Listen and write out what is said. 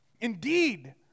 Indeed